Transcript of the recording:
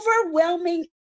overwhelming